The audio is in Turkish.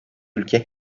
ülke